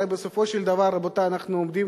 הרי בסופו של דבר, רבותי, אנחנו עומדים